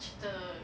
cerita